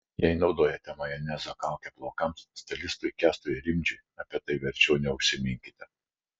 jei naudojate majonezo kaukę plaukams stilistui kęstui rimdžiui apie tai verčiau neužsiminkite